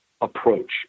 approach